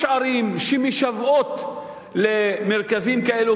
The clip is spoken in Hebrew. יש ערים שמשוועות למרכזים כאלה,